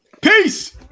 Peace